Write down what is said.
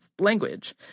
language